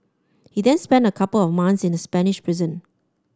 he then spent a couple of months in a Spanish prison